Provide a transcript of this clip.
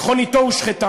מכוניתו הושחתה.